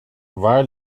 waar